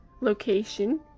location